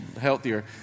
healthier